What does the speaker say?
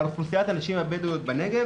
על אוכלוסיית הנשים הבדואיות בנגב,